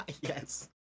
Yes